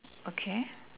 okay